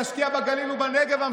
תשקיע בגליל ובנגב,